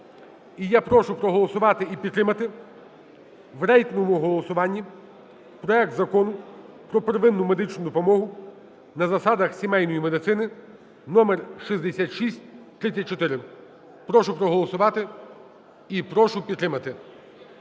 І я прошу проголосувати та підтримати в рейтинговому голосуванні проект Закону про первинну медичну допомогу на засадах сімейної медицини (№ 6634). Прошу проголосувати. І прошу підтримати.